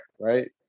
right